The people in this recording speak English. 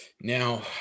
Now